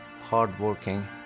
hardworking